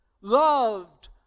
loved